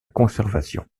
conservation